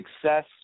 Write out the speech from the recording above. success